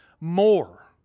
more